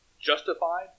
justified